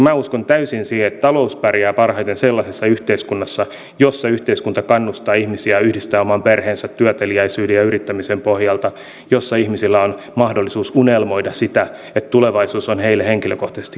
minä uskon täysin siihen että talous pärjää parhaiten sellaisessa yhteiskunnassa jossa yhteiskunta kannustaa ihmisiä yhdistämään oman perheensä työteliäisyyden ja yrittämisen pohjalta ja jossa ihmisillä on mahdollisuus unelmoida siitä että tulevaisuus on heille henkilökohtaisestikin parempi